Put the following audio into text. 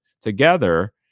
together